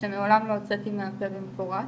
שמעולם לא הוצאתי מהפה במפורש.